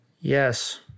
Yes